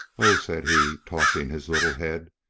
oh! said he, tossing his little head,